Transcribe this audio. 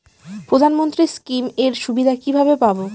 প্রধানমন্ত্রী স্কীম এর সুবিধা কিভাবে পাবো?